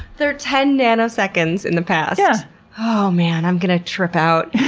they're ten nanoseconds in the past? yeah oh man. i'm going to trip out.